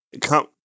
come